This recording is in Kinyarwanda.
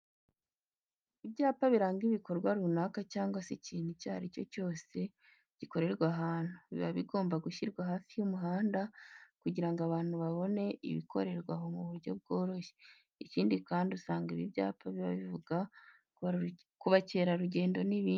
Ibyapa biranga ibikorwa runaka cyangwa se ikintu icyo ari cyo cyose gikorerwa ahantu, biba bigomba gushyirwa hafi y'umuhanda kugira ngo abantu babone ibikorerwa aho mu buryo bworoshye. Ikindi kandi usanga ibi byapa biba bivuga ku bukerarugendo n'ibindi.